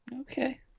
Okay